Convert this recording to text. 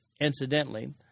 Incidentally